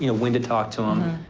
you know when to talk to um